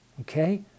okay